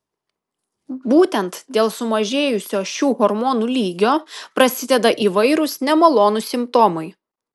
būtent dėl sumažėjusio šių hormonų lygio prasideda įvairūs nemalonūs simptomai